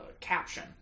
caption